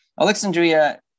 Alexandria